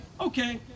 okay